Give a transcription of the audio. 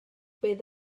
bydd